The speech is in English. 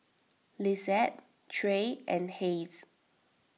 Lisette Trey and Hayes